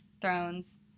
Thrones